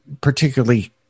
particularly